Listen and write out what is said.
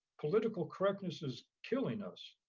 political correctness is killing us